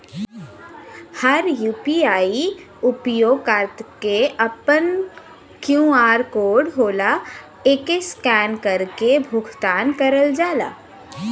हर UPI उपयोगकर्ता क आपन क्यू.आर कोड होला एके स्कैन करके भुगतान करल जाला